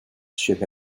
should